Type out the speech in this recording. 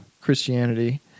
Christianity –